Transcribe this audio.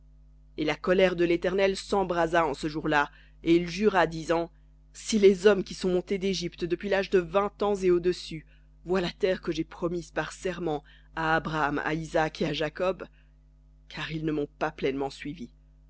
et la colère de l'éternel s'embrasa en ce jour-là et il jura disant si les hommes qui sont montés d'égypte depuis l'âge de vingt ans et au-dessus voient la terre que j'ai promise par serment à abraham à isaac et à jacob car ils ne m'ont pas pleinement suivi